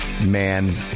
man